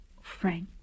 Frank